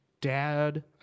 dad